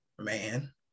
man